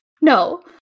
No